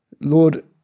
Lord